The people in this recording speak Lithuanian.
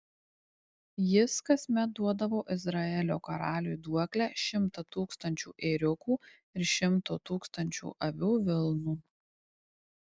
jis kasmet duodavo izraelio karaliui duoklę šimtą tūkstančių ėriukų ir šimto tūkstančių avių vilnų